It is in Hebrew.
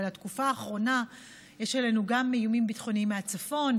אבל בתקופה האחרונה יש עלינו גם איומים ביטחוניים מהצפון,